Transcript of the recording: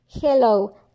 Hello